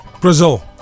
Brazil